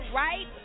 right